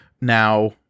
now